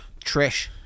Trish